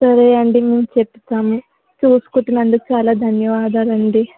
సరే అండి మేము చెప్తాము చూసుకుంటున్నందుకు చాలా ధన్యవాదాలండి